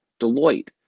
Deloitte